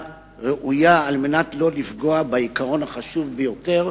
ראויה על מנת שלא לפגוע בעיקרון החשוב ביותר